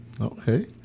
Okay